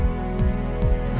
and